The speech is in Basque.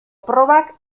probak